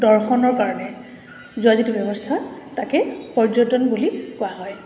দৰ্শনৰ কাৰণে যোৱা যিটো ব্যৱস্থা তাকে পৰ্যটন বুলি কোৱা হয়